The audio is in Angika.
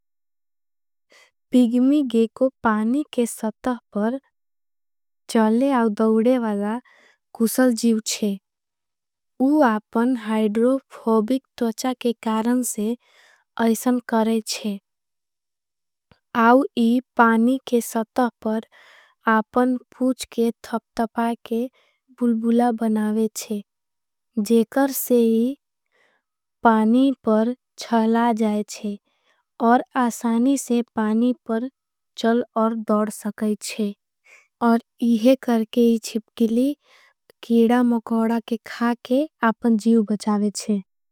पिगमी गे को पानी के सतः पर चले और दोडे वाला कुसल जीव छे। उआपन हाइड्रोफोबिक त्रचा के कारण से ऐसन करे छे। आओ यी पानी के सतः पर आपन पूच के थप तपा के बुलबुला बनावे छे। जे कर से यी पानी पर छला जाय छे। और आसानी से पानी पर चल और दोड सके छे। और इहे करके इच्छिपकिली केड़ा मकोड़ा के खा के आपन जीव गचावे छे।